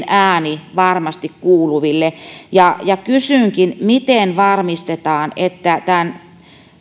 ääni varmasti kuuluville kysynkin miten varmistetaan että jo tämän